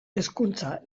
hezkuntza